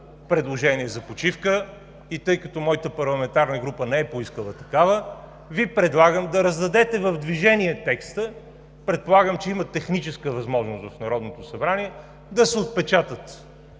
предложение за почивка и тъй като моята парламентарна група не е поискала такава, Ви предлагам да раздадете в движение текста. Предполагам, че има техническа възможност в Народното събрание да се отпечатат